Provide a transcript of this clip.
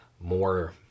more